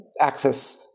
access